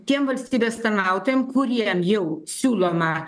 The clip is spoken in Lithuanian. tiem valstybės tarnautojam kuriem jau siūloma